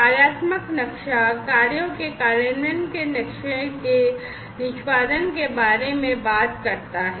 कार्यात्मक नक्शा कार्यों के कार्यान्वयन के नक्शे के निष्पादन के बारे में बात करता है